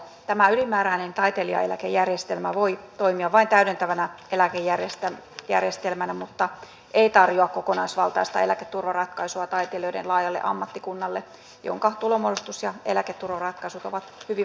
tämä ylimääräinen taiteilijaeläkejärjestelmä voi toimia vain täydentävänä eläkejärjestelmänä mutta ei tarjoa kokonaisvaltaista eläketurvaratkaisua taitelijoiden laajalle ammattikunnalle jonka tulonmuodostus ja eläketuloratkaisut ovat hyvin vaihtelevia